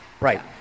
right